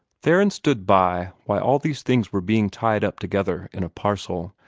theron stood by while all these things were being tied up together in a parcel.